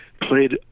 played